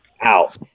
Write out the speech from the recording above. out